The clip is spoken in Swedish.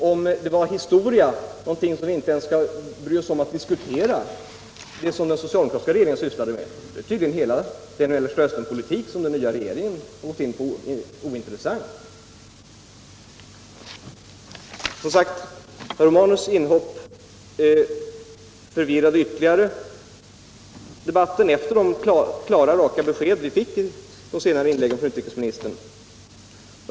Om det som den socialdemokratiska regeringen sysslade med är historia och någonting som vi inte skall diskutera, är tydligen också den nya regeringens hela Mellersta Östern-politik ointressant. Herr Romanus inhopp förvirrade debatten ytterligare efter de klara och raka besked som vi fick i utrikesministerns senare inlägg.